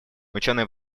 ученые